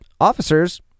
officers